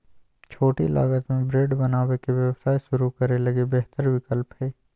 छोटी लागत में ब्रेड बनावे के व्यवसाय शुरू करे लगी बेहतर विकल्प हइ